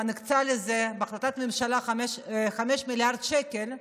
הקצה לזה בהחלטת ממשלה 5 מיליארד שקל,